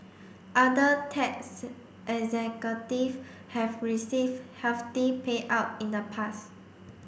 other tech executive have received hefty payout in the past